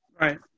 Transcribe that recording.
right